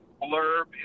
blurb